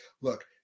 look